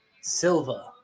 Silva